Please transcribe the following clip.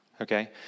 Okay